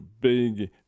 big